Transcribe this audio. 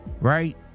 Right